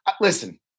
Listen